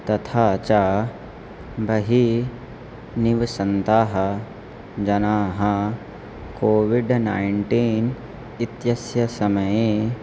तथा च बहि निवसन्ताः जनाः कोविड् नैन्टीन् इत्यस्य समये